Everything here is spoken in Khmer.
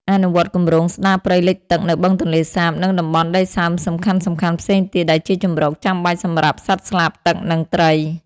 អនុវត្តគម្រោងស្តារព្រៃលិចទឹកនៅបឹងទន្លេសាប និងតំបន់ដីសើមសំខាន់ៗផ្សេងទៀត ដែលជាជម្រកចាំបាច់សម្រាប់សត្វស្លាបទឹក និងត្រី។